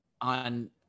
on